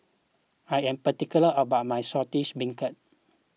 I am particular about my Saltish Beancurd